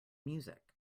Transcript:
music